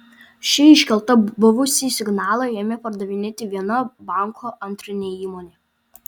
ši iškelta buvusį signalą ėmė pardavinėti viena banko antrinė įmonė